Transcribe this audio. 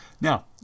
Now